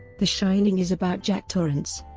the shining is about jack torrance,